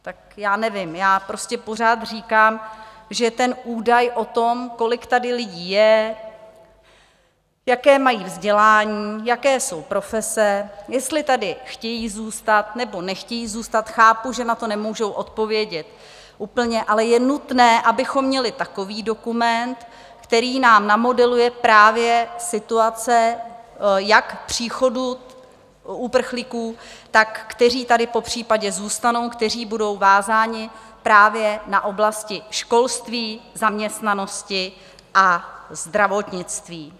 Tak já nevím, já prostě pořád říkám, že údaj o tom, kolik tady lidí je, jaké mají vzdělání, jaké jsou profese, jestli tady chtějí zůstat nebo nechtějí zůstat, chápu, že na to nemůžou odpovědět úplně, ale je nutné, abychom měli takový dokument, který nám namodeluje právě situace jak příchodu uprchlíků, tak kteří tady popřípadě zůstanou, kteří budou vázáni právě na oblasti školství, zaměstnanosti a zdravotnictví.